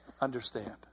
understand